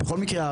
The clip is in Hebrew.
בכל מקרה,